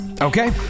Okay